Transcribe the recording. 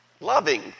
loving